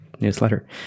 newsletter